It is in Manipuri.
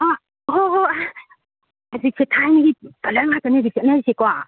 ꯑꯥ ꯍꯣ ꯍꯣ ꯍꯧꯖꯤꯛꯁꯦ ꯊꯥꯏꯅꯒꯤ ꯀꯂꯔ ꯉꯥꯛꯇꯅꯤ ꯍꯧꯖꯤꯛ ꯆꯠꯅꯔꯤꯁꯦꯀꯣ